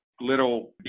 little